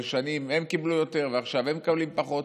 ושנים הם קיבלו יותר ועכשיו הם מקבלים פחות.